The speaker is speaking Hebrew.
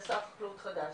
יש שר חקלאות חדש,